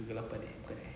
kegelapan eh bukan eh